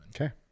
Okay